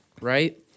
right